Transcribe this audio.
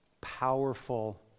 powerful